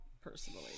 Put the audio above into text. personally